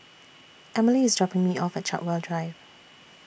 Emilie IS dropping Me off At Chartwell Drive